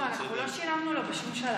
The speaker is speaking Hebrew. לא, אנחנו לא שילמנו לו בשום שלב.